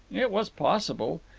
it was possible.